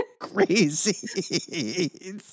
crazy